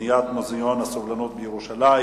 בנושא בניית מוזיאון הסובלנות בירושלים